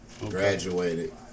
Graduated